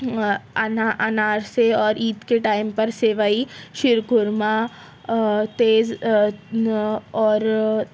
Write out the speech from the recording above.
انا انار سے اور عید کے ٹائم پر سِوئیں شیرخرمہ تیز اور